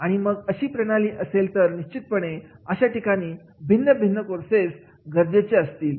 आणि मग जर अशी प्रणाली असेल तर निश्चितपणे अशा ठिकाणी भिन्नभिन्न कोर्स गरजेचे असतील